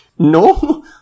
No